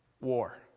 War